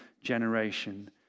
generation